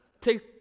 Take